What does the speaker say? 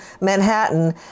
Manhattan